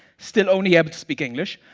still only able to speak english,